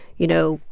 you know,